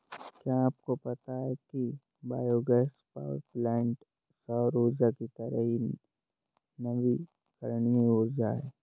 क्या आपको पता है कि बायोगैस पावरप्वाइंट सौर ऊर्जा की तरह ही नवीकरणीय ऊर्जा स्रोत है